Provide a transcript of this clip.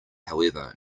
however